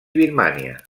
birmània